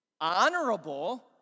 honorable